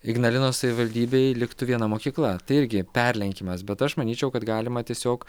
ignalinos savivaldybėj liktų viena mokykla tai irgi perlenkimas bet aš manyčiau kad galima tiesiog